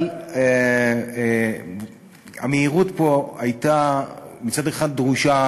אבל המהירות פה הייתה מצד אחד דרושה,